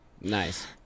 Nice